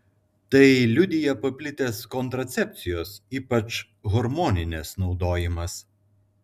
tai liudija paplitęs kontracepcijos ypač hormoninės naudojimas